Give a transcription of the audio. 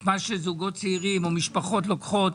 את מה שזוגות צעירים או משפחות לוקחות.